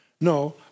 No